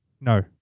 No